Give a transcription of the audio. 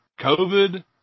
COVID